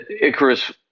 Icarus